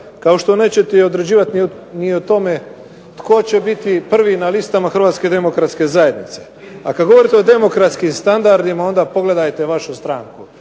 kao što nećete ni određivati ni o tome tko će biti prvi na listama Hrvatske demokratske zajednice. A kad govorite o demokratskim standardima, onda pogledajte vašu stranku.